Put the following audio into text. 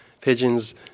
pigeons